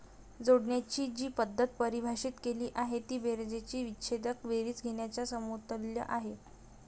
जोडण्याची जी पद्धत परिभाषित केली आहे ती बेरजेची विच्छेदक बेरीज घेण्याच्या समतुल्य आहे